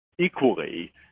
equally